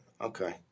Okay